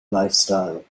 lifestyle